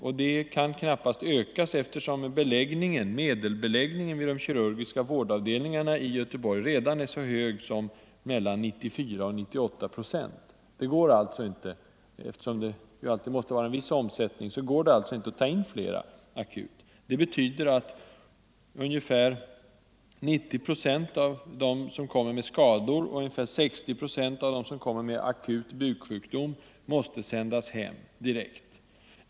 Den andelen kan knappast ökas, eftersom medelbeläggningen vid de kirurgiska vårdavdelningarna i Göteborg redan är så hög som mellan 94 och 98 procent. Eftersom det alltid måste vara en viss omsättning går det alltså inte att ta in fler. Det betyder att ungefär 90 procent av dem som kommer med skador och ungefär 60 procent av dem som kommer med akut buksjukdom måste sändas hem direkt.